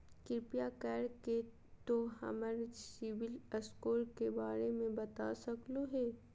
कृपया कर के तों हमर सिबिल स्कोर के बारे में बता सकलो हें?